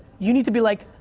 you need to be like,